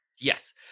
Yes